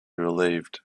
relieved